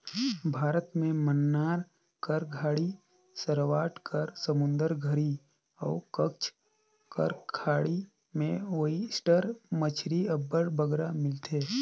भारत में मन्नार कर खाड़ी, सवरास्ट कर समुंदर घरी अउ कच्छ कर खाड़ी में ओइस्टर मछरी अब्बड़ बगरा मिलथे